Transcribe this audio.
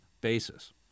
basis